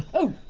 oh,